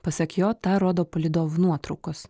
pasak jo tą rodo palydovų nuotraukos